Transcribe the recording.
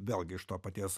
vėlgi iš to paties